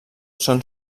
són